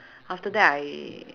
after that I